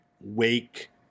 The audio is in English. wake